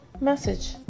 message